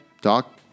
Doc